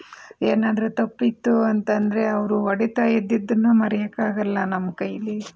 ಏನಾದರೂ ತಪ್ಪಿತ್ತು ಅಂತಂದರೆ ಅವರು ಹೋಡೀತಾ ಇದ್ದಿದ್ದನ್ನು ಮರೆಯೋಕ್ಕಾಗಲ್ಲ ನಮ್ಮ ಕೈಲಿ